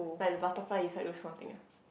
like the butterfly inside the those kind of thing uh